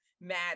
mad